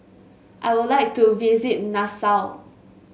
I would like to visit Nassau